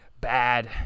bad